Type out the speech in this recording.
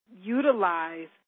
utilize